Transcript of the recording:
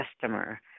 customer